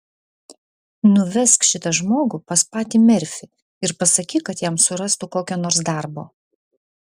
nuvesk šitą žmogų pas patą merfį ir pasakyk kad jam surastų kokio nors darbo